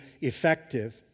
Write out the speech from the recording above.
effective